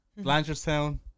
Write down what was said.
Blanchardstown